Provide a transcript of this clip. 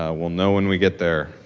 ah we'll know when we get there.